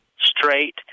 straight